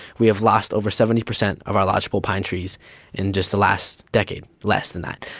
we have lost over seventy percent of our lodgepole pine trees in just the last decade, less than that.